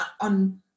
on